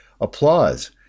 applause